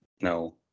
no